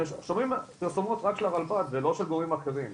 שומעים פרסומות רק של הרלב"ד ולא של גורמים אחרים,